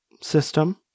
system